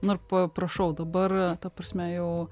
nu ir po paprašau dabar ta prasme jau